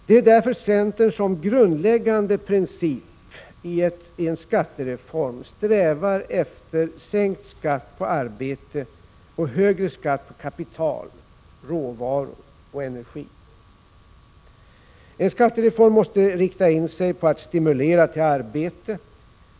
Det är därför centern som grundläggande princip i en skattereform strävar efter lägre skatt på arbete och högre skatt på kapital, råvaror och energi. En skattereform måste inriktas på att stimulera till arbete.